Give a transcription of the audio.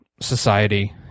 society